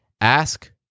Ask